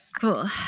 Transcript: cool